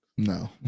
no